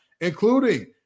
including –